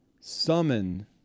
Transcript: summon